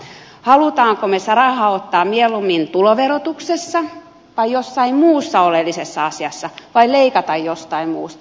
haluammeko me sen rahan ottaa mieluummin tuloverotuksessa tai jossain muussa oleellisessa asiassa vai leikata jostain muusta